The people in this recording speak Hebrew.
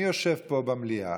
אני יושב פה במליאה,